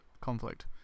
conflict